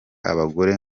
abagore